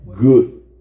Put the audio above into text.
good